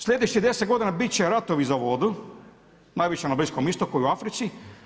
Sljedećih 10 godina bit će ratovi za vodu najviše na Bliskom Istoku i Africi.